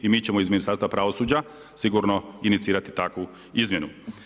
I mi ćemo iz Ministarstva pravosuđa sigurno inicirati takvu izmjenu.